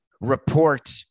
report